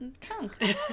trunk